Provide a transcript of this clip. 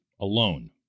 alone